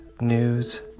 news